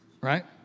right